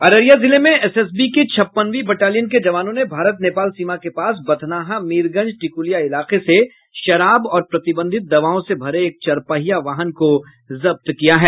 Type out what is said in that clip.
अररिया जिले में एसएसबी की छप्पनवी बटालियन के जवानों ने भारत नेपाल सीमा के पास बथनाहा मीरगंज टिकुलिया इलाके से शराब और प्रतिबंधित दवाओं से भरे एक चारपहिया वाहन को जब्त किया है